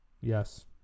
Yes